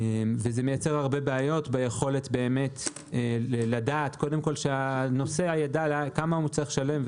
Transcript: מה שמייצר הרבה בעיות ביכולת של הנוסע לדעת כמה הוא צריך לשלם,